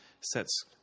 sets